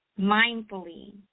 mindfully